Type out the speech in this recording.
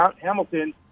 Hamilton